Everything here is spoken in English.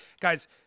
guys